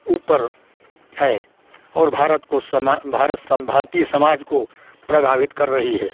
ऊपर है और भारत को समा भारत सम भारतीय समाज को प्रभावित कर रही है